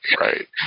right